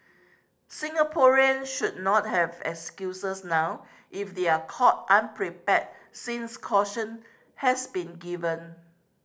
Singaporean should not have excuses now if they are caught unprepared since caution has been given